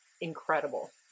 incredible